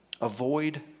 Avoid